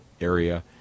area